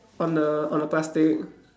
on the on the plastic